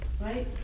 right